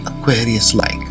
Aquarius-like